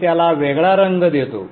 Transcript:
मी त्याला वेगळा रंग देतो